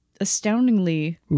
astoundingly